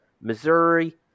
Missouri